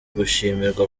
gushimirwa